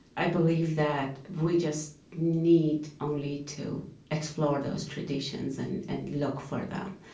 i believe that we just need only to explore those traditions and and look for them.